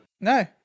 No